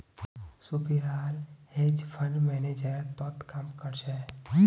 सोपीराल hedge fund manager तोत काम कर छ